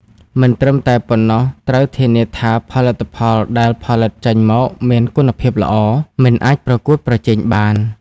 មិនត្រឹមតែប៉ុណ្ណោះ ត្រូវធានាថាផលិតផលដែលផលិតចេញមកមានគុណភាពល្អ និងអាចប្រកួតប្រជែងបាន។